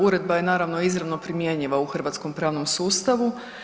Uredba je naravno izravno primjenjiva u hrvatskom pravnom sustavu.